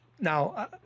Now